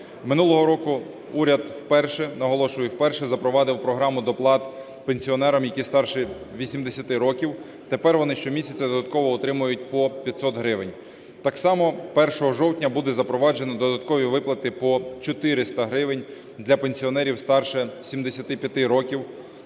наголошую, вперше запровадив програму доплат пенсіонерам, які старше 80 років. Тепер вони щомісяця додатково отримують по 500 гривень. Так само 1 жовтня буде запроваджено додаткові виплати по 400 гривень для пенсіонерів старше 75 років.